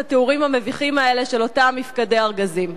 את התיאורים המביכים האלה של אותם "מפקדי ארגזים".